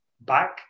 Back